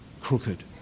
crooked